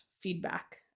feedback